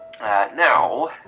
now